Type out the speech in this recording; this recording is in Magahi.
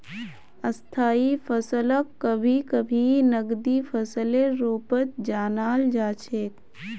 स्थायी फसलक कभी कभी नकदी फसलेर रूपत जानाल जा छेक